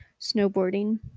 snowboarding